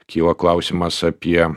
kyla klausimas apie